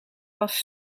was